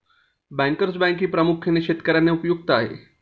bankers बँकही प्रामुख्याने शेतकर्यांना उपयुक्त आहे